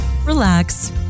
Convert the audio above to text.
relax